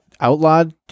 outlawed